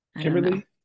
Kimberly